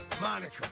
Monica